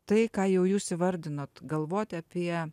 tai ką jau jūs įvardinot galvoti apie